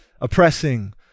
oppressing